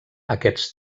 aquests